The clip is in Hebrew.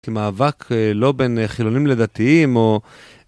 כמאבק לא בין חילונים לדתיים או...